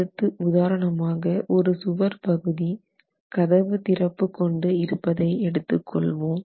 அடுத்த உதாரணமாக ஒரு சுவர் பகுதி கதவு திறப்பு கொண்டு இருப்பதை எடுத்துக் கொள்வோம்